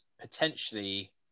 potentially